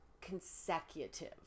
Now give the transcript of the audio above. consecutive